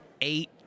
eight